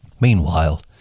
Meanwhile